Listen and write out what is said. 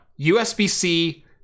USB-C